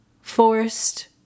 forced